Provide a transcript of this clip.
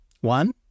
One